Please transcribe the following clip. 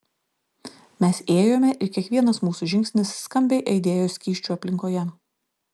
mes ėjome ir kiekvienas mūsų žingsnis skambiai aidėjo skysčių aplinkoje